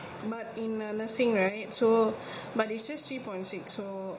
but in err nursing right so but it says three point six so